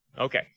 Okay